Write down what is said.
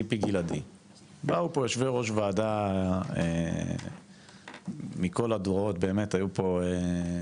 באו לפה יושבי ראש ועדה מכל הדורות אחורה,